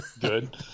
good